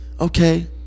okay